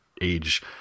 age